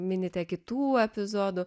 minite kitų epizodų